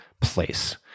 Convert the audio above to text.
place